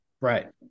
right